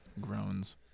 groans